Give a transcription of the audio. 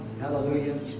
Hallelujah